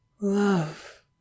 Love